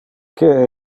que